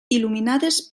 il·luminades